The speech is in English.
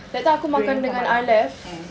during common mm